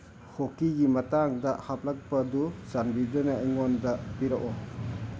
ꯍꯣꯀꯤꯒꯤ ꯃꯇꯥꯡꯗ ꯍꯥꯞꯂꯛꯄꯗꯨ ꯆꯥꯟꯕꯤꯗꯨꯅ ꯑꯩꯉꯣꯟꯗ ꯄꯤꯔꯛꯎ